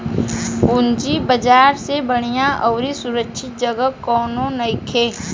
पूंजी बाजार से बढ़िया अउरी सुरक्षित जगह कौनो नइखे